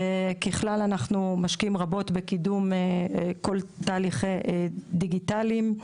ככלל אנחנו משקיעים רבות בקידום כל התהליכים הדיגיטליים,